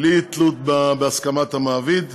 בלי תלות בהסכמת המעביד.